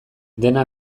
dena